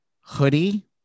hoodie